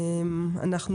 בוקר טוב לכולם.